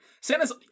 Santa's